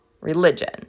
religion